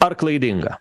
ar klaidinga